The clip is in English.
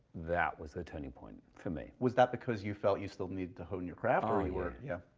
that was a turning point for me. was that because you felt you still needed to hone your craft, or you were oh yeah.